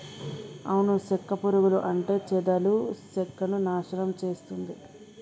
అను సెక్క పురుగులు అంటే చెదలు సెక్కను నాశనం చేస్తుంది